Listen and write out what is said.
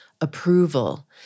approval